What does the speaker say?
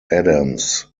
adams